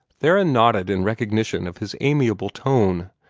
theron nodded in recognition of his amiable tone,